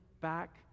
back